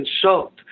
consult